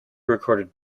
recorded